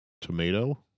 tomato